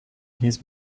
his